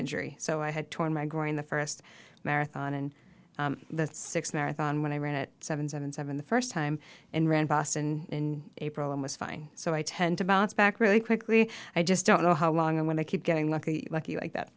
injury so i had torn my groin the first marathon and the six marathon when i ran it seven seven seven the first time and ran boston in april and was fine so i tend to bounce back really quickly i just don't know how long i want to keep getting lucky lucky like that